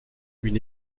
une